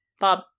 Bob